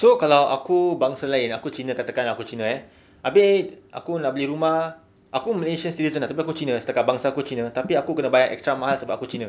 so kalau aku bangsa lain aku cina kata kan aku cina eh abeh aku nak beli rumah aku malaysia citizen tapi aku cina setakat bangsa aku cina tapi aku kena bayar extra mahal sebab aku cina